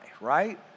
right